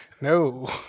No